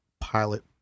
pilot